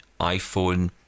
iPhone